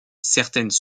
certaines